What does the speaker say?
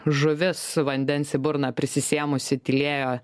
žuvis vandens į burną prisisėmusi tylėjo